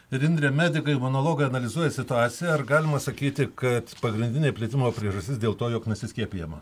ir indre medikai imunologai analizuoja situaciją ar galima sakyti kad pagrindinė plitimo priežastis dėl to jog nesiskiepijama